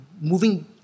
moving